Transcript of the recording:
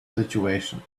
situation